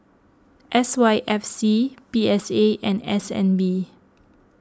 S Y F C B S A and S N B